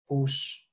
push